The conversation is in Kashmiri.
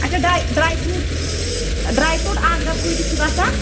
اَچھا ڈاے ڈرٛے فرٛوٗٹ ڈرٛے فرٛوٗٹ اَکھ ڈَبہٕ کۭتِس چھُ گژھان